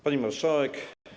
Pani Marszałek!